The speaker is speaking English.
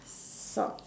sort